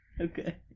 Okay